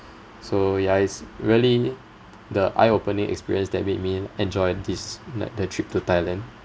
so ya it's really the eye opening experience that made me enjoy this like the trip to thailand